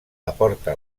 aporta